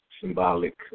symbolic